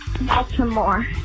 Baltimore